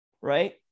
right